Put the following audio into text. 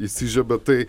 įsižiebia tai